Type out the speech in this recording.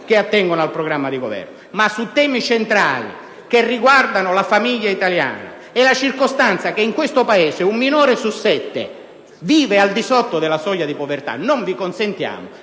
che attengono al programma di Governo. Su temi centrali, però, che riguardano la famiglia italiana e sulla circostanza che in questo Paese un minore su sette vive al di sotto della soglia di povertà, non vi consentiamo